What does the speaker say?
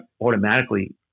automatically